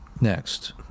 next